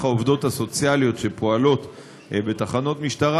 העובדות הסוציאליות שפועלות בתחנות משטרה,